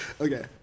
Okay